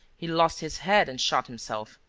he lost his head and shot himself.